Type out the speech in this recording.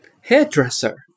Hairdresser